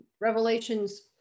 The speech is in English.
Revelations